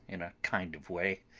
in a kind of way,